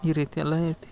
ಈ ರೀತಿಯೆಲ್ಲ ಐತಿ